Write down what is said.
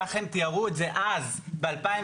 כך הם תיארו את זה אז, ב-2018.